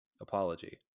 Apology